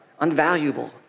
unvaluable